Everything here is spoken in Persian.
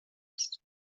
است